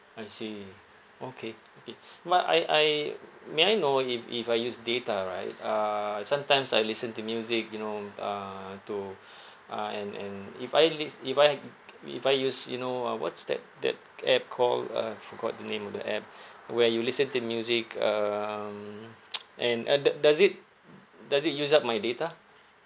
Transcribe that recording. I see okay okay but I I may I know if if I use data right uh sometimes I listen to music you know uh to uh and and if I lits~ if I if I use you know uh what's that that app call uh forgot the name of the app where you listen to music um and uh do~ does it does it use up my data